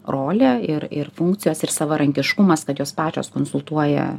rolė ir ir funkcijos ir savarankiškumas kad jos pačios konsultuoja